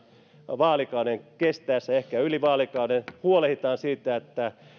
vaalikauden kestäessä ehkä yli vaalikauden huolehditaan siitä että